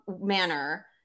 manner